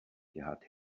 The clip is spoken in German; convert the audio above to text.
gerhard